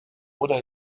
oder